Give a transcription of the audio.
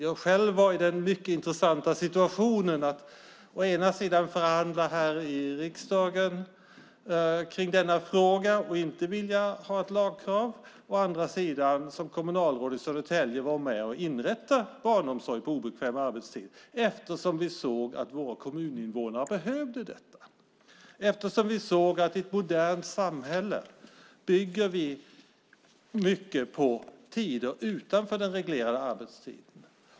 Jag var själv i den mycket intressanta situationen att å ena sidan förhandla i riksdagen i frågan och inte vilja ha ett lagkrav och å andra sidan som kommunalråd i Södertälje vara med och inrätta barnomsorg på obekväm arbetstid. Vi såg att våra kommuninvånare behövde detta. Vi såg att ett modernt samhälle bygger på tider utanför den reglerade arbetstiden.